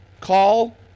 call